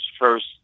first